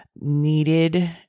needed